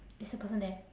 is the person there